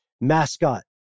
mascot